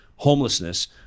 homelessness